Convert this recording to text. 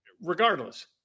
Regardless